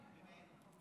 בבקשה, שלוש דקות.